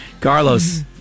Carlos